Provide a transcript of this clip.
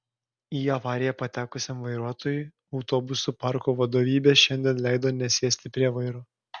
į avariją patekusiam vairuotojui autobusų parko vadovybė šiandien leido nesėsti prie vairo